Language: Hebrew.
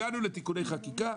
הגענו לתיקוני חקיקה.